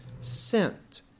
sent